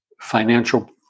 financial